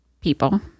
people